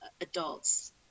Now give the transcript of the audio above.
adults